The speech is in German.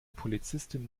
polizistin